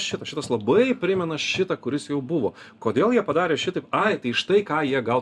šito šitas labai primena šitą kuris jau buvo kodėl jie padarė šitaip ai tai štai ką jie gal